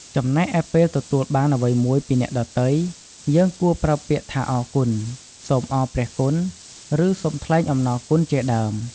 ចំណែកឯពេលទទួលបានអ្វីមួយពីអ្នកដទៃ យើងគួរប្រើពាក្យថា "អរគុណ" "សូមអរព្រះគុណ" ឬ "សូមថ្លែងអំណរគុណ" ជាដើម។